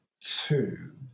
Two